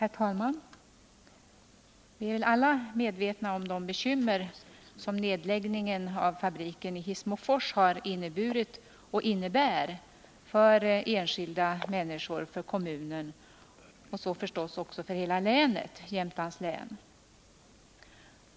Herr talman! Vi är alla medvetna om det bekymmer som nedläggningen av fabriken i Hissmofors har inneburit och innebär för enskilda människor, för kommunen och förstås också för hela Jämtlands län.